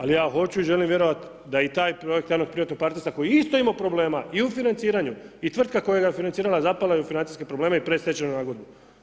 Ali ja hoću i želim vjerovati da i taj projekt javno privatnog partnerstva koji je isto imao problema i u financiranju i tvrtka koja ga je financiranja zapala je u financijske probleme i u pred stečajnu nagodbu.